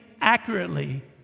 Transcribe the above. accurately